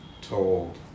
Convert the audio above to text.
told